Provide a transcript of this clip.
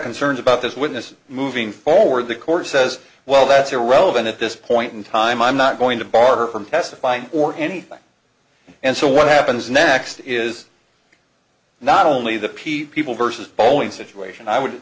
concerns about this witness moving forward the court says well that's irrelevant at this point in time i'm not going to bar her from testifying or anything and so what happens next is not only the pete people versus boeing situation i would